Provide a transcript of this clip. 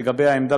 לגבי העמדה,